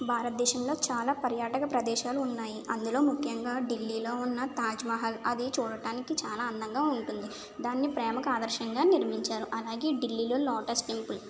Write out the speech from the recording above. భారతదేశంలో చాలా పర్యాటక ప్రదేశాలు ఉన్నాయి అందులో ముఖ్యంగా ఢిల్లీలో ఉన్న తాజ్ మహల్ అది చూడటానికి చాలా అందంగా ఉంటుంది దాన్ని ప్రేమకు ఆదర్శంగా నిర్మించారు అలాగే ఢిల్లీలో లోటస్ టెంపుల్